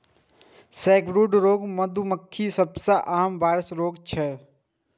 sacbrood रोग मधुमाछीक सबसं आम वायरल रोग छियै